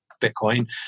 bitcoin